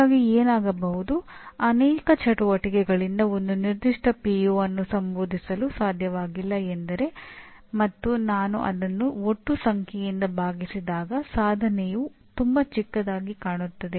ಹಾಗಾಗಿ ಏನಾಗಬಹುದು ಅನೇಕ ಚಟುವಟಿಕೆಗಳಿಂದ ಒಂದು ನಿರ್ದಿಷ್ಟ ಪಿಒ ಅನ್ನು ಸಂಬೋಧಿಸಲು ಸಾಧ್ಯವಾಗಿಲ್ಲ ಎಂದರೆ ಮತ್ತು ನಾನು ಅದನ್ನು ಒಟ್ಟು ಸಂಖ್ಯೆಯಿಂದ ಭಾಗಿಸಿದಾಗ ಸಾಧನೆಯು ತುಂಬಾ ಚಿಕ್ಕದಾಗಿ ಕಾಣುತ್ತದೆ